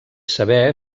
saber